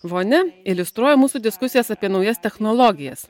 vonia iliustruoja mūsų diskusijas apie naujas technologijas